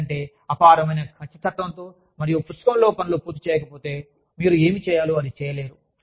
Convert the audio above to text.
ఎందుకంటే అపారమైన ఖచ్చితత్వంతో మరియు పుస్తకంలో పనులు పూర్తి చేయకపోతే మీరు ఏమి చేయాలో అది చేయలేరు